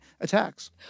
attacks